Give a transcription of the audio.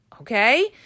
okay